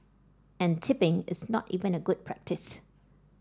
and tipping is not even a good practice